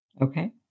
Okay